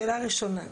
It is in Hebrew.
שאלה ראשונה,